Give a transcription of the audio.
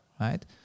right